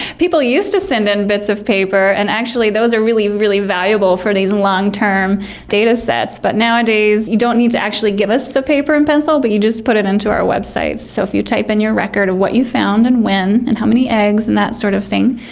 people used to send in bits of paper, and actually those are really, really valuable for these long-term datasets, but nowadays you don't need to actually give us the paper and pencil but you just put it into our website. so if you type in your record of what you found and when and how many eggs and that sort of thing,